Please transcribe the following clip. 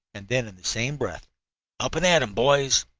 and then, in the same breath up and at em, boys!